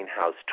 house